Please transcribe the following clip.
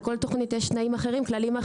לכל תוכנית יש כללים אחרים,